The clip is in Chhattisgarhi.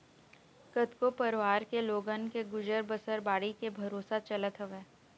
कतको परवार के लोगन के गुजर बसर बाड़ी के भरोसा चलत हवय